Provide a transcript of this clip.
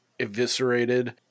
eviscerated